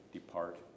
Depart